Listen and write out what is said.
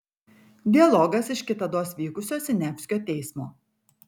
dialogas iš kitados vykusio siniavskio teismo